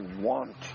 want